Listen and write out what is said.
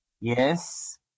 Yes